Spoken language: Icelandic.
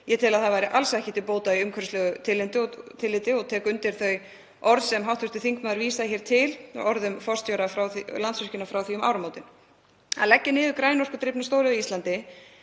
Ég tel að það væri alls ekki til bóta í umhverfislegu tilliti og tek undir þau orð sem hv. þingmaður vísaði til, orð forstjóra Landsvirkjunar frá því um áramótin. Að leggja niður grænorkudrifna stóriðju á Íslandi